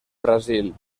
brasil